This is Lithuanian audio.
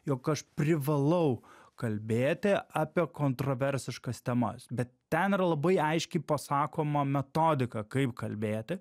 jog aš privalau kalbėti apie kontroversiškas temas bet ten yra labai aiškiai pasakoma metodika kaip kalbėti